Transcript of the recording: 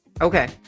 okay